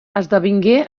esdevingué